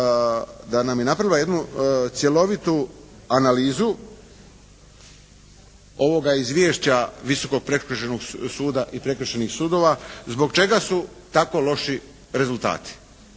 da nam je napravila jednu cjelovitu analizu ovoga izvješća Visokog prekršajnog suda i prekršajnih sudova zbog čega su tako loši rezultati.